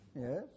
Yes